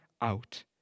out